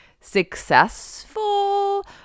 successful